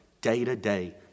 day-to-day